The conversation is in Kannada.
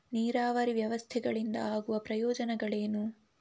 ನೀರಾವರಿ ವ್ಯವಸ್ಥೆಗಳಿಂದ ಆಗುವ ಪ್ರಯೋಜನಗಳೇನು?